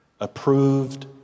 approved